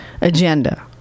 agenda